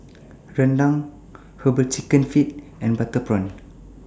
Rendang Herbal Chicken Feet and Butter Prawn